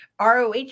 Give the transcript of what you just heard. ROH